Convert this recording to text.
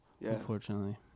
unfortunately